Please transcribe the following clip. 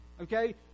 okay